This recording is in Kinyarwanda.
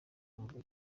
mubiri